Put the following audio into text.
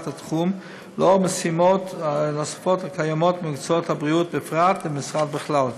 התחום לאור משימות נוספות הקיימות במקצועות הבריאות בפרט ובמשרד בכלל.